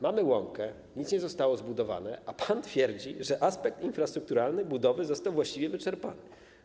Mamy łąkę, nic nie zostało zbudowane, a pan twierdzi, że aspekt infrastrukturalny budowy został właściwie wyczerpany.